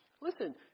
listen